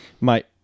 mate